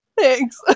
Thanks